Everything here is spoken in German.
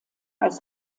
als